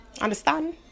Understand